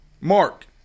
mark